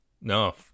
No